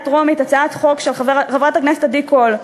טרומית הצעת חוק של חברת הכנסת עדי קול,